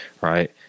Right